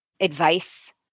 advice